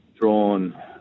drawn